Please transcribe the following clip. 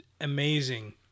amazing